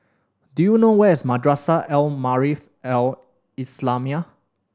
do you know where is Madrasah Al Maarif Al Islamiah